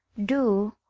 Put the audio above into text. do?